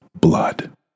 blood